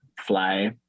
fly